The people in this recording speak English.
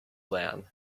lamb